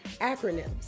acronyms